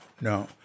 no